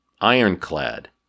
ironclad